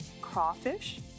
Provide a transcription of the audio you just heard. crawfish